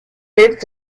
lives